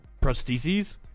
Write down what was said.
Prostheses